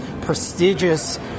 prestigious